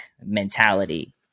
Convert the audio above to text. mentality